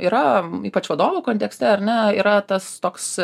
yra ypač vadovų kontekste ar ne yra tas toks